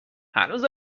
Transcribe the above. هنوز